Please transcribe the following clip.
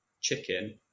chicken